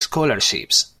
scholarships